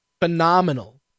phenomenal